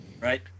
Right